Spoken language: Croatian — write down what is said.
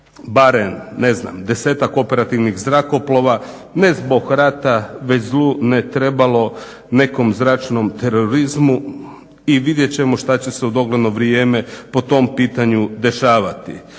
barem, ne znam, desetak operativnih zrakoplova ne zbog rata već zlu ne trebalo nekom zračnom terorizmu i vidjet ćemo što će se u dogledno vrijeme po tom pitanju dešavati.